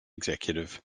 executive